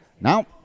Now